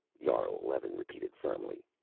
jarl eleven repeated firmly.